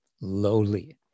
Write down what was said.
lowly